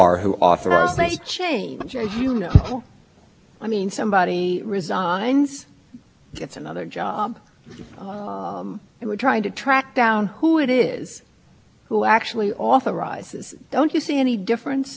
the attitude about wiretaps the war on drugs has changed things but changed the law let me just put it that way but i mean what's